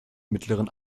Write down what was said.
mittleren